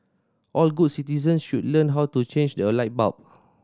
all good citizens should learn how to change a light bulb